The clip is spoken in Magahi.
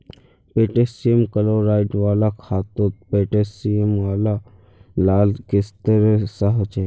पोटैशियम क्लोराइड वाला खादोत पोटैशियम लाल क्लिस्तेरेर सा होछे